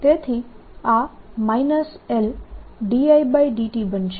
તેથી આ L dIdt બનશે